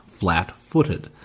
flat-footed